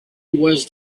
was